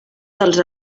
dels